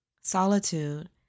Solitude